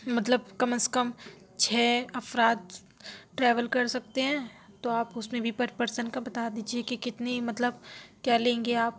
مطلب کم از کم چھ افراد ٹریول کر سکتے ہیں تو آپ اُس میں بھی پر پرسن کا بتا دیجیے کہ کتنی مطلب کیا لیں گے آپ